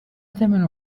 ثمن